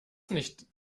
nicht